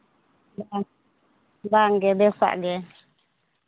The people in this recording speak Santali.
ᱦᱮᱸ ᱵᱟᱝᱜᱮ ᱵᱮᱥᱟᱜ ᱜᱮ